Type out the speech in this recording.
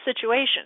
situation